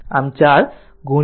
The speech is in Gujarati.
આમ 4 0